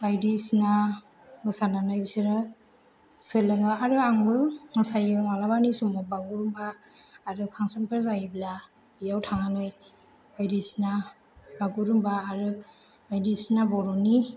बायदिसिना मोसानानै बिसोरो सोलोङो आरो आंबो मोसायो मालाबानि समाव बागुरुमबा आरो फांसनफोर जायोब्ला बेयाव थांनानै बायदिसिना बागुरुमबा आरो बायदिसिना बर'नि